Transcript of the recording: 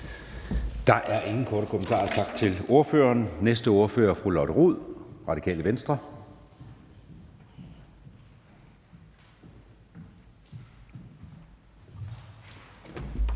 Der er ingen korte bemærkninger. Tak til ordføreren. Den næste ordfører er fru Lotte Rod, Radikale Venstre.